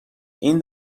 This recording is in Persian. این